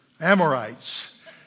Amorites